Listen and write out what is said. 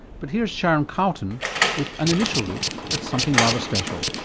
but here's sharon carleton with an initial look at something rather special.